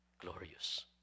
glorious